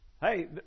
hey